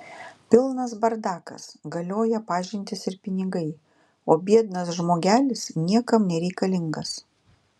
pilnas bardakas galioja pažintys ir pinigai o biednas žmogelis niekam nereikalingas